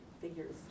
figures